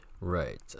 Right